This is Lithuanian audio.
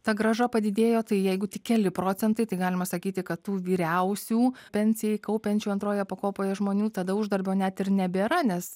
ta grąža padidėjo tai jeigu tik keli procentai tai galima sakyti kad tų vyriausių pensijai kaupiančių antroje pakopoje žmonių tada uždarbio net ir nebėra nes